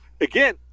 again